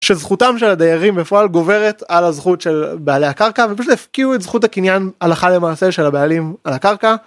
שזכותם של הדיירים בפועל גוברת על הזכות של בעלי הקרקע ופשוט הפקיעו את זכות הקניין הלכה למעשה של הבעלים על הקרקע.